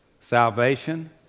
Salvation